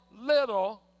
little